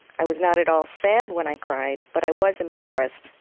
i was not at all sad when i cried, but i was embarrassed,